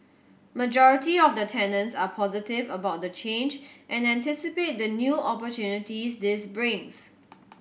majority of the tenants are positive about the change and anticipate the new opportunities this brings